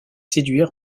séduire